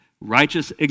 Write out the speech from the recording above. Righteous